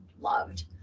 loved